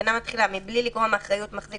התקנה מתחילה: "מבלי לגרוע מאחריות מחזיק